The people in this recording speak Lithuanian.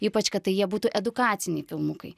ypač kad jie būtų edukaciniai filmukai